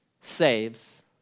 saves